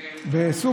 שם,